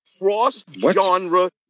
Cross-genre